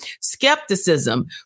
skepticism